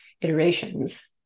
iterations